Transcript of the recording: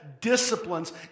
disciplines